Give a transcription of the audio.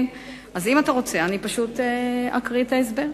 אז אם אתה רוצה, אני אקרא את ההסבר.